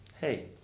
Hey